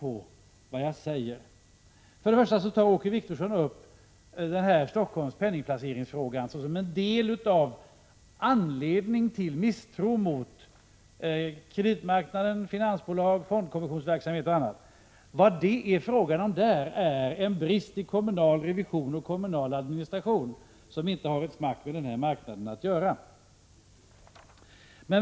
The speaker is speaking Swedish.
Först och främst tar Åke Wictorsson upp Stockholms penningplaceringsfråga som en del av anledningen till misstron mot kreditmarknaden, finansbolagen, fondkommissionsverksamheten och annat. Vad det är fråga om där är emellertid en brist i kommunal revision och kommunal administration, som inte har ett smack med den här marknaden att göra.